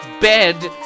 bed